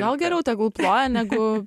gal geriau tegul ploja negu